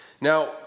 Now